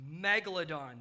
Megalodon